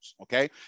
okay